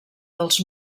dels